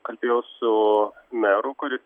kalbėjau su meru kuri